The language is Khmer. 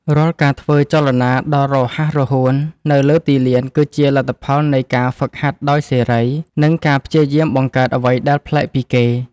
រាល់ការធ្វើចលនាដ៏រហ័សរហួននៅលើទីលាន គឺជាលទ្ធផលនៃការហ្វឹកហាត់ដោយសេរី និងការព្យាយាមបង្កើតអ្វីដែលប្លែកពីគេ។